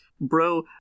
bro